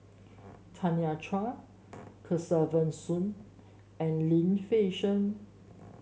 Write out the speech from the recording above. Tanya Chua Kesavan Soon and Lim Fei Shen